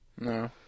No